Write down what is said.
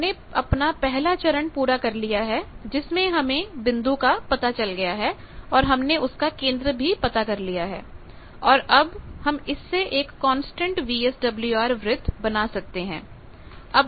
हमने अपना पहला चरण पूरा कर लिया है जिसमें हमें बिंदु का पता चल गया है और हमने उसका केंद्र भी पता कर लिया है और अब हम इससे एक कांस्टेंट वीएसडब्ल्यूआर वृत्त बना सकते हैं